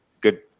good